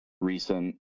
Recent